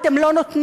אתם לא נותנים,